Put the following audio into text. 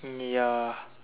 mm ya